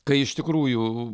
kai iš tikrųjų